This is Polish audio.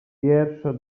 wiersze